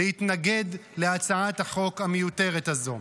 להתנגד להצעת החוק המיותרת הזאת.